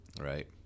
Right